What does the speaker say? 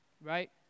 right